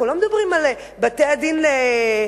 אנחנו לא מדברים על בתי-הדין הרבניים,